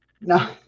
No